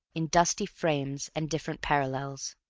in dusty frames and different parallels.